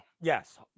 Yes